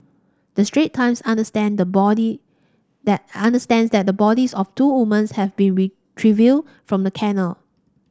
the Strait Times understand the body that understand that the bodies of two woman's have been retrieved from the canal